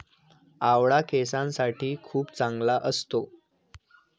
आवळा केसांसाठी खूप चांगला असतो